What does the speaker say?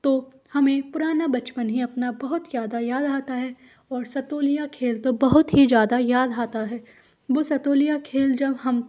तो हमें पुराना बचपन ही अपना बहुत ज़्यादा याद आता है और सतोलिया खेल तो बहुत ही ज़्यादा याद आथा है वो सतोलिया खेल जब हम